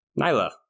Nyla